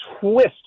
twist